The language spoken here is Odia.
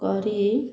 କରି